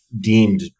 deemed